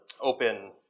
open